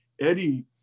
Eddie